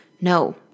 No